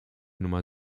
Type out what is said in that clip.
nummer